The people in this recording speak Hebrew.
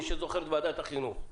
מי שזוכר את ועדת החינוך.